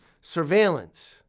surveillance